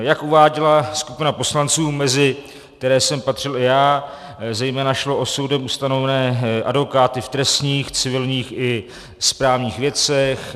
Jak uváděla skupina poslanců, mezi které jsem patřil i já, šlo zejména o soudem ustanovené advokáty v trestních, civilních i správních věcech.